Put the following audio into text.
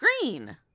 Green